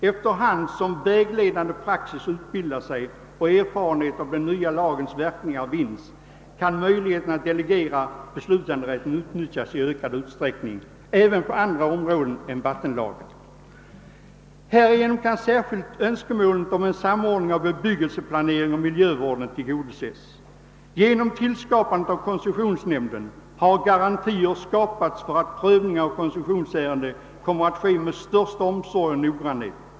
Efter hand som vägledande praxis utbildar sig och erfarenhet av den nya lagens verkningar vinns kan möjligheten att delegera beslutanderätten utnyttjas i ökad utsträckning även på andra områden än vattenlagens. Härigenom kan särskilt önskemålet om en samordning av bebyggelseplaneringen och miljövården tillgodo Ses. Genom inrättandet av koncessionsnämnden har garantier skapats för att prövningen av -:koncessionsärenden kommer att ske med stor omsorg och noggrannhet.